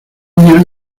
niña